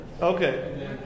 Okay